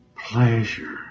pleasure